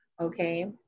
Okay